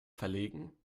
verlegen